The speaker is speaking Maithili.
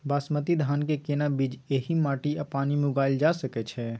बासमती धान के केना बीज एहि माटी आ पानी मे उगायल जा सकै छै?